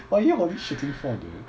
why you holy shitting for dude